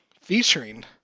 Featuring